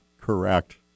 correct